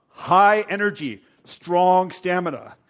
high energy, strong stamina.